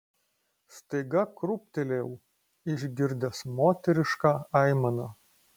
staiga krūptelėjau išgirdęs moterišką aimaną